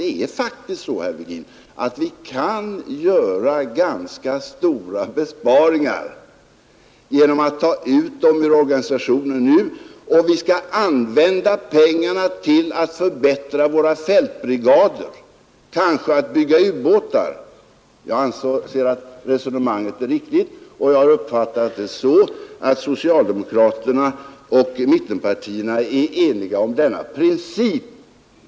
Det är faktiskt så, herr Virgin, att vi kan göra ganska stora besparingar genom att ta ut dem ur organisationen nu och använda pengarna till att förbättra våra fältbrigader, kanske till att bygga ubåtar. Jag anser att resonemanget är riktigt, och jag har uppfattningen att socialdemokraterna och mittenpartierna är eniga om denna princip.